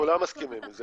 כולם מסכימים על זה.